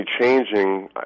changing